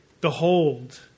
Behold